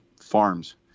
farms